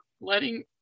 letting